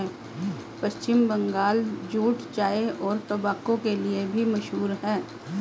पश्चिम Bengal jute चाय और tobacco के लिए भी मशहूर है